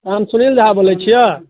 हम सुनिल झा बोलैत छियै